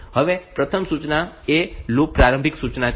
હવે પ્રથમ સૂચના એ લૂપ પ્રારંભિક સૂચના છે